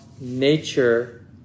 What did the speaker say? nature